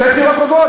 תעשה בחירות חוזרות.